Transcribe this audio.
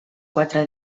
quatre